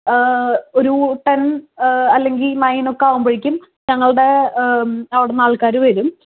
ഒരു ടൺ അല്ലെങ്കിൽ നയൻ ഒക്കെ ആകുമ്പോഴേക്കും ഞങ്ങളുടെ അവിടുന്ന് ആൾക്കാര് വരും